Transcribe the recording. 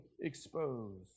exposed